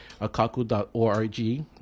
akaku.org